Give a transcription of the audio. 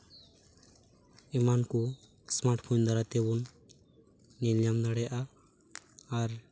ᱮᱢᱟᱱ ᱠᱚ smart phone ᱫᱟᱨᱟᱭ ᱛᱮᱵᱚᱱ ᱧᱮᱞᱧᱟᱢ ᱫᱟᱲᱮᱭᱟᱜᱼᱟ ᱟᱨ